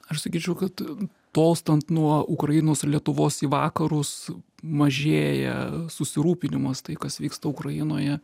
aš sakyčiau kad tolstant nuo ukrainos ir lietuvos į vakarus mažėja susirūpinimas tai kas vyksta ukrainoje